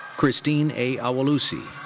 christine a. awolusi.